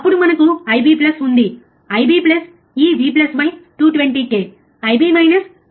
అప్పుడు మనకు IB ఉంది IB ఈ V 220 k IB V 220k